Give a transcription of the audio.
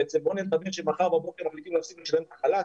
בוא נדמיין שמחר בבוקר מפסיקים לשלם את החל"ת,